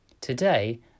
Today